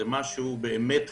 זה משהו באמת חריג.